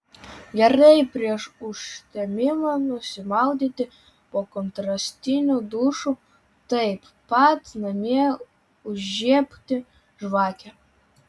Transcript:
gerai prieš užtemimą nusimaudyti po kontrastiniu dušu taip pat namie įžiebti žvakę